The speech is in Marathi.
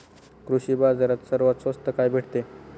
कृषी बाजारात सर्वात स्वस्त काय भेटते?